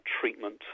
treatment